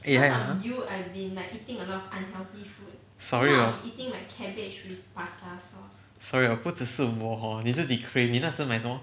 eh I !huh! sorry hor sorry hor 不只是我 hor 你自己 crave 你那时买什么